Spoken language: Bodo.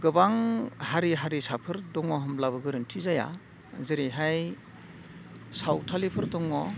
गोबां हारि हारिसाफोर दङ होनब्लाबो गोरोन्थि जाया जेरैहाय सावथालफोर दङ